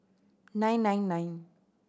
nine nine nine